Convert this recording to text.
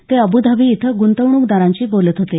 ते अबूधाबी इथं गृंतवणूकदारांशी बोलत होते